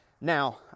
now